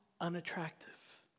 unattractive